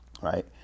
Right